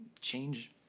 change